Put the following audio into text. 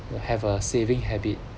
will have a saving habit